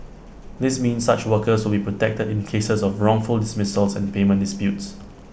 this means such workers will be protected in cases of wrongful dismissals and payment disputes